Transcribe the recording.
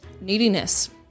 Neediness